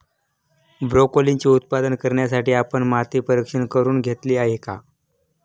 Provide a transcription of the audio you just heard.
ब्रोकोलीचे उत्पादन करण्यासाठी आपण माती परीक्षण करुन घेतले आहे का?